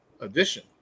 Edition